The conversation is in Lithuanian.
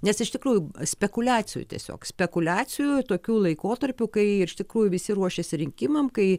nes iš tikrųjų spekuliacijų tiesiog spekuliacijų tokiu laikotarpiu kai iš tikrųjų visi ruošiasi rinkimam kai